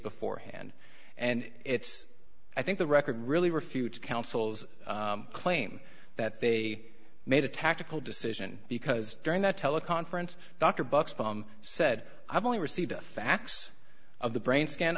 beforehand and it's i think the record really refutes council's claim that they made a tactical decision because during that teleconference dr bucks said i've only received a fax of the brain scan